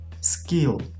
skill